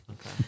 Okay